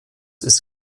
ist